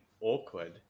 awkward